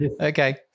Okay